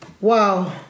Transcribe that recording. Wow